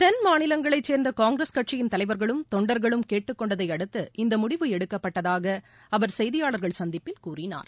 தென்மாநிலங்களைசேர்ந்தகாங்கிரஸ் கட்சியின் தலைவர்களும் தொண்டர்களும் கேட்டுக்கொண்டதைஅடுத்து இந்தமுடிவு எடுக்கப்பட்டதாகஅவர் செய்தியாளர்கள் சந்திப்பில் கூறினார்